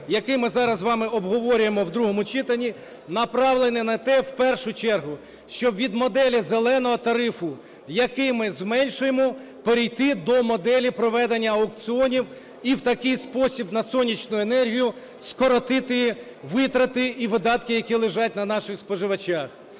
який ми зараз з вами обговорюємо в другому читанні, направлений на те в першу чергу, щоб від моделі "зеленого" тарифу, який ми зменшуємо, перейти до моделі проведення аукціонів і в такий спосіб на сонячну енергію скоротити витрати і видатки, які лежать на наших споживачах.